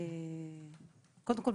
קודם כל,